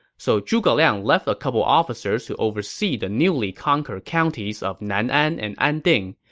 so zhuge liang left a couple officers to oversee the newly conquered counties of nanan and anding,